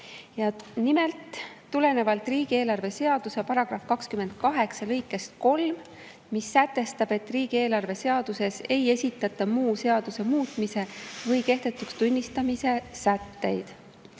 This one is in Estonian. nimelt tulenevalt riigieelarve seaduse § 28 lõikest 3, mis sätestab, et riigieelarve seaduses ei esitata muu seaduse muutmise või kehtetuks tunnistamise sätteid.